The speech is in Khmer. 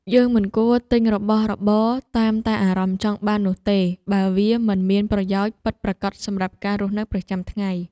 យើងមិនគួរទិញរបស់របរតាមតែអារម្មណ៍ចង់បាននោះទេបើវាមិនមានប្រយោជន៍ពិតប្រាកដសម្រាប់ការរស់នៅប្រចាំថ្ងៃ។